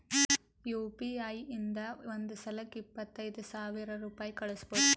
you P I ಇಂದ ಒಂದ್ ಸಲಕ್ಕ ಇಪ್ಪತ್ತೈದು ಸಾವಿರ ರುಪಾಯಿ ಕಳುಸ್ಬೋದು